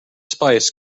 spice